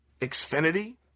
Xfinity